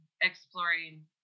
exploring